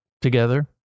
together